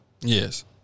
Yes